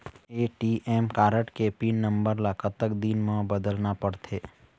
ATM card के pin number ला कतक दिन म बदलना पड़थे?